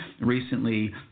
recently